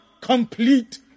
complete